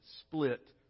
split